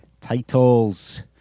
titles